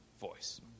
voice